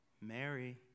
Mary